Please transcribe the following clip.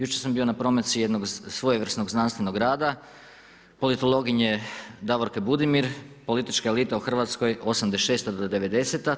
Jučer sam bio na promociji jednog svojevrsnog znanstvenog rada, politologinje Davorke Budimir, Politička elita u Hrvatskoj '86. do '90.